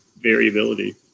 variability